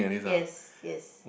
yes yes